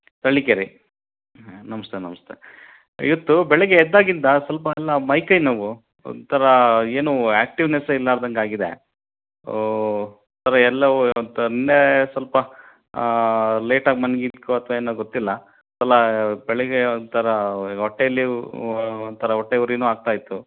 ಹಳ್ಳಿಕೇರಿ ಹಾಂ ನಮಸ್ತೆ ನಮಸ್ತೆ ಇವತ್ತು ಬೆಳಿಗ್ಗೆ ಎದ್ದಾಗಿಂದ ಸ್ವಲ್ಪ ಎಲ್ಲ ಮೈ ಕೈ ನೋವು ಒಂಥರ ಏನೂ ಆಕ್ಟಿವ್ನೆಸ್ ಇರ್ಲಾರ್ದಂಗಾಗಿದೆ ಒಂಥರ ಎಲ್ಲೋ ನಿನ್ನೆ ಸ್ವಲ್ಪ ಲೇಟಾಗಿ ಮನ್ಗಿದ್ಕೊ ಅಥವಾ ಏನೋ ಗೊತ್ತಿಲ್ಲ ಬೆಳಿಗ್ಗೆ ಒಂಥರ ಹೊಟ್ಟೆಯಲ್ಲಿ ಒಂಥರ ಹೊಟ್ಟೆ ಉರಿನೂ ಆಗ್ತಾ ಇತ್ತು